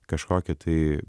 kažkokį tai